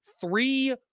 three